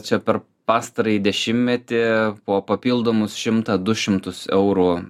čia per pastarąjį dešimtmetį po papildomus šimtą du šimtus eurų